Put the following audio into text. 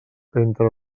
entre